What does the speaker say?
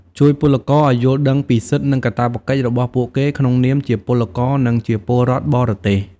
ជួយពលករឱ្យយល់ដឹងពីសិទ្ធិ និងកាតព្វកិច្ចរបស់ពួកគេក្នុងនាមជាពលករ និងជាពលរដ្ឋបរទេស។